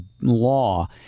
law